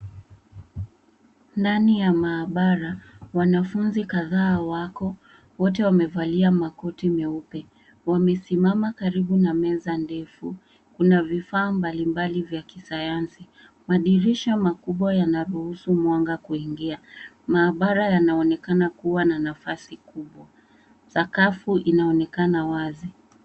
Ndani ya maabara wanafunzi kadhaa wako, wote wamevalia makoti meupe, wamesimama karibu na meza ndefu, kuna vifaa mbalimbali vya kisayansi. Madirisha makubwa yanaruhusu mwanga kuingia. Maabara yanaonekana kuwa na nafasi kubwa. Sakafu inaonekana wazi.